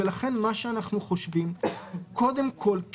קודם כול,